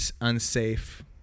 unsafe